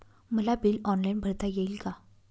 मला bill online भरता येईल का?